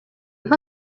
mpa